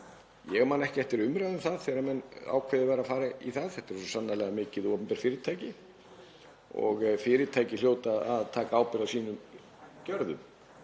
Ég man ekki eftir umræðu um það þegar ákveðið var að fara í það, þetta er svo sannarlega mikið og opinbert fyrirtæki og fyrirtæki hljóta að taka ábyrgð á sínum gjörðum.